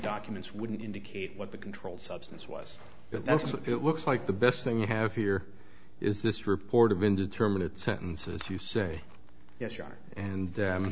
documents wouldn't indicate what the controlled substance was but that's what it looks like the best thing you have here is this report of indeterminate sentences you say yes you are and